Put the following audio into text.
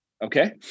Okay